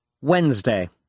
Wednesday